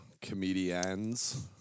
comedians